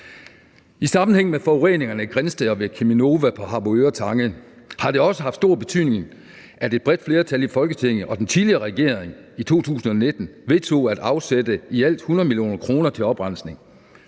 I sammenhæng med forureningerne i Grindsted og ved Cheminova på Harboøre Tange har det også haft stor betydning, at et bredt flertal i Folketinget og den tidligere regering i 2019 vedtog at afsætte i alt 100 mio. kr. til oprensning.